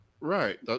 Right